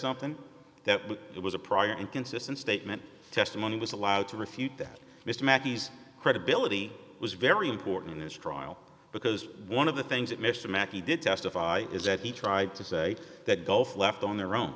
something that it was a prior inconsistent statement testimony was allowed to refute that mr mackey's credibility was very important in this trial because one of the things that mr makki did testify is that he tried to say that gulf left on their own